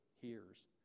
hears